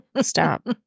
Stop